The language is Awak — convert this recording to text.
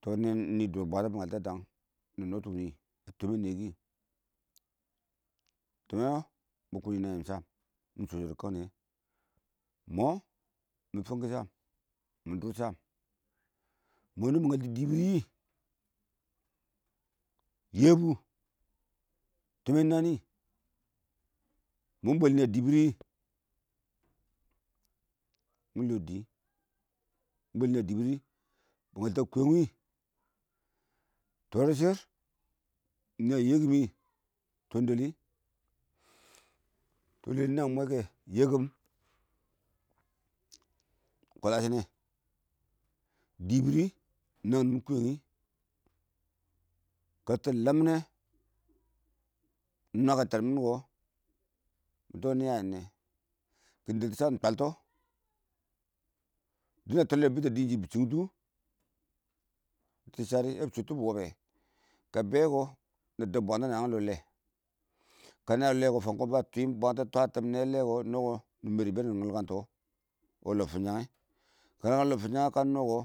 tɛ nɔn nɪi dʊr bwara bɪ ngatɔ dange nɔtʊ wɪɪnnɪ a tɪmɛn nɪyɛ kɪitɪmme ma kə yɪn na yam sham nɪ chɔ. chɔ dɪ kəng nɪyɛ iɪngmɔ mɪn fang kuwɪ sham mɪ dʊr sham iɪngmɔ nɪ mɪ ngaltɔ dɪbɪr wɪɪn yɛbʊ tɪmen nanɪ mɪn bwɛlin nɪyɛ dɪbɪr kɪ mɪn lɔ dɪ, mɪn bwɛl nɪye dɪbɪr bɪ nglta kuyeng tɔdʊ shɪriɪng nɪya yɛkɪmɪ rwandɛli na mwɛ yɛkɪm kwala shɪnɛ dɪbɪr iɪng nanɪ kuyengi kə tar lammɪna nɪ nwa kəm yɛ tɛɛnbon kɔ mɪ tɔ nɪya yan nɛ mɪ dɛttʊ cham bɪ twan lɔ dɪba twandɛ a dɪshʊ bɪ bɪ shʊbʊtɔ bɪ dɛttʊ shari ya bɪ wɔbbɛ kə bɛ ba dɛb bwatɛ ya ba nɔ wɛ a lɔlɛ kənɪ ya lɔ lɛ lɔ fang kɪɪnmba ba dɛb bwatɛ ba twɪɪni fantɛ tɪm kɔ nɛ lɛ nɔ kɔ nɪ mar, bɛ ngalkən tɔ wɪɪnls fʊnshɛ ngɛ kə wɪɪn lɔ fʊnshɛngɛ bɪns kɔ shɪ bɪ dadɛ yɛndɛ dɪ